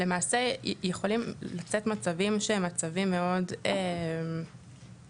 למעשה יכולים לצאת מצבים שהם מצבים מאוד רחוקים.